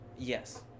Yes